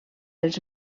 els